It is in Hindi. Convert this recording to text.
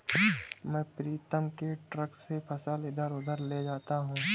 मैं प्रीतम के ट्रक से फसल इधर उधर ले जाता हूं